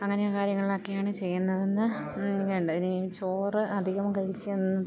അങ്ങനെയുള്ള കാര്യങ്ങളൊക്കെയാണ് ചെയ്യുന്നതെന്ന് വേണ്ട ഇനി ചോറ് അധികം കഴിക്കുന്നത്